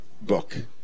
book